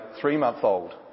three-month-old